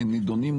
נידונים,